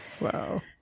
wow